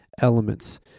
elements